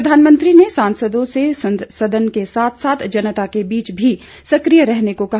प्रधानमंत्री ने सांसदों से सदन के साथ साथ जनता के बीच भी सक्रिय रहने को कहा